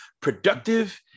productive